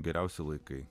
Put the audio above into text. geriausi laikai